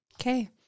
Okay